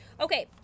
Okay